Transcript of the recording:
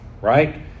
right